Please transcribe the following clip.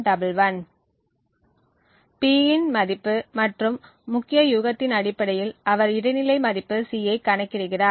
P இன் மதிப்பு மற்றும் முக்கிய யூகத்தின் அடிப்படையில் அவர் இடைநிலை மதிப்பு C ஐ கணக்கிடுகிறார்